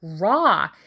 raw